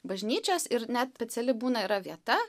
bažnyčias ir net peciali būna yra vieta